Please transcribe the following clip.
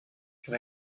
can